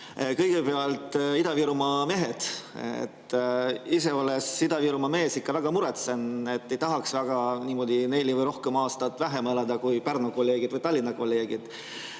Kõigepealt Ida-Virumaa mehed. Ise olles Ida-Virumaa mees ikka väga muretsen, et ei tahaks väga niimoodi neli või rohkem aastat vähem elada kui Pärnu kolleegid või Tallinna kolleegid.